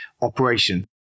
operation